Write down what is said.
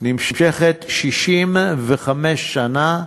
נמשכת 65 שנה,